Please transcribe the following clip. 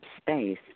space